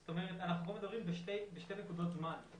זאת אומרת, אנחנו מדברים בשתי נקודות זמן,.